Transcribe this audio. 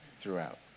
throughout